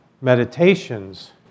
meditations